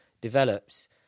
develops